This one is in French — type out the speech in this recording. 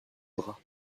bras